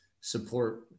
support